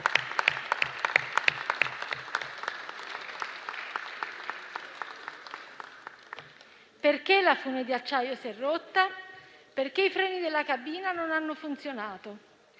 perché la fune di acciaio si è rotta, perché i freni della cabina non hanno funzionato.